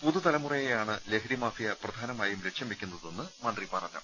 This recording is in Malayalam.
പുതുതലമുറയെയാണ് ലഹരി മാഫിയ പ്രധാനമായും ലക്ഷ്യം വെക്കുന്നതെന്നും മന്ത്രി പറഞ്ഞു